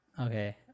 Okay